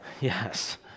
Yes